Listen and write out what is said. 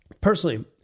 Personally